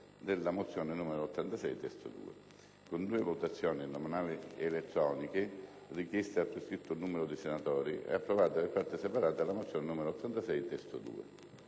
Grazie